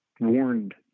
Warned